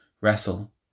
Wrestle